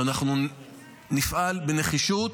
ואנחנו נפעל בנחישות